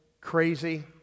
crazy